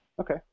Okay